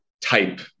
type